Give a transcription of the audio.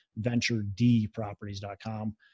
VentureDProperties.com